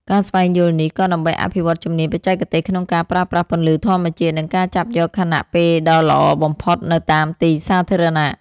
ការស្វែងយល់នេះ ក៏ដើម្បីអភិវឌ្ឍជំនាញបច្ចេកទេសក្នុងការប្រើប្រាស់ពន្លឺធម្មជាតិ និងការចាប់យកខណៈពេលដ៏ល្អបំផុតនៅតាមទីសាធារណៈ។